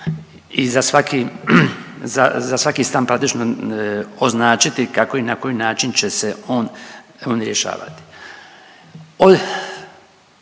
i za svaki stan praktično označiti kako i na koji način će se on rješavati.